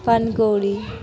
পানকৌড়ি